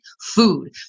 Food